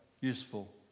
useful